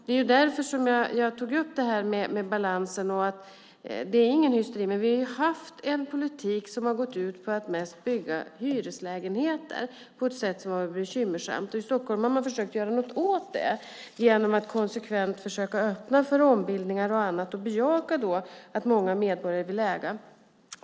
Det var därför som jag tog upp balansen. Det är ingen hysteri, men vi har haft en politik som har gått ut på att mest bygga hyreslägenheter på ett sätt som har varit bekymmersamt. I Stockholm har man försökt att göra något åt det genom att konsekvent försöka öppna för ombildningar och annat och då bejaka att många medborgare vill äga.